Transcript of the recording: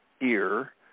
ear